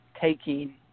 taking